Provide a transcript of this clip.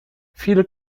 viele